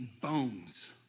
bones